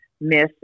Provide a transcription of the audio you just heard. miss